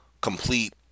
complete